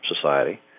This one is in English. society